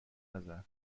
نزن